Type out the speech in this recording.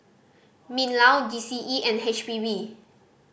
MinLaw G C E and H P B